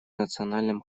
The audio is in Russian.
национальном